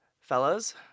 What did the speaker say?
Fellas